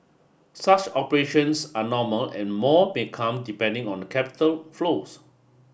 such operations are normal and more may come depending on the capital flows